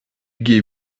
gué